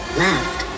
left